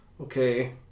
Okay